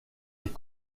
est